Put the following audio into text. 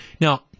Now